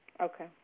Okay